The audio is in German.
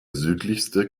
südlichste